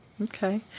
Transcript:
Okay